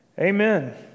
Amen